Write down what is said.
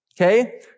okay